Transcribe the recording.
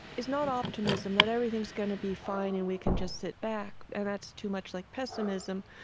is not optimism, that everything's going to be fine and we can just sit back. and that's too much like pessimism,